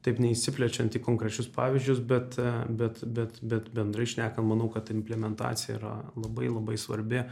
taip neišsiplečiant į konkrečius pavyzdžius bet bet bet bet bendrai šnekant manau kad implementacija yra labai labai svarbi